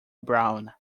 brown